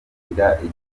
igitaramo